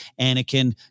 Anakin